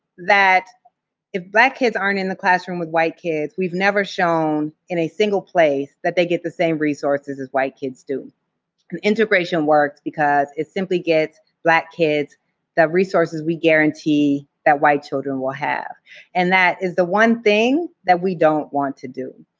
that if black kids aren't in the classroom with white kids, we've never shown in a single place that they get the same resources as white kids do. and integration works because it simply gets black kids the resources we guarantee that white children will have, and that is the one thing that we don't want to do.